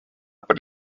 por